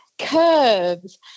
curves